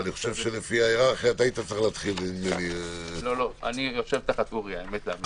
אני נמצא תחת אורי.